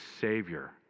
Savior